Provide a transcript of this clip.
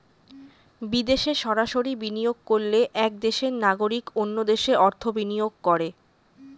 বিদেশে সরাসরি বিনিয়োগ করলে এক দেশের নাগরিক অন্য দেশে অর্থ বিনিয়োগ করে